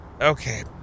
Okay